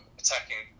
attacking